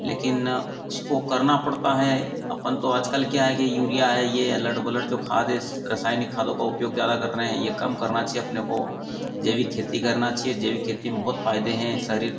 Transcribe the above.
लेकिन उसको करना पड़ता है अपन तो आजकल क्या है कि यूरिया है ये है अलट पलट जो खाद हे रासायनिक खादों का उपयोग ज़्यादा कर रहे हैं ये कम करना चाहिए अपने को जैविक खेती करना चाहिए जैविक खेती में बहुत फ़ायदे हैं शरीर